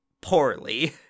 poorly